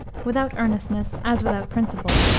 without earnestness, as without principle.